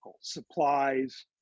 supplies